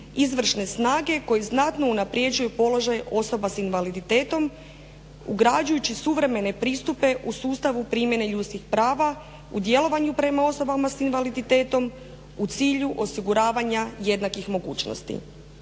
izvršne snage koji znatno unapređuje položaj osoba sa invaliditetom ugrađujući suvremene pristupe u sustavu primjene ljudskih prava u djelovanju prema osobama sa invaliditetom u cilju osiguravanja jednakih mogućnosti.